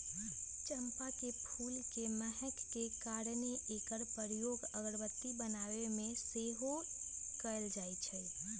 चंपा के फूल के महक के कारणे एकर प्रयोग अगरबत्ती बनाबे में सेहो कएल जाइ छइ